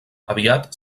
aviat